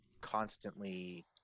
constantly